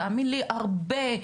תאמין לי היה הרבה,